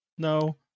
No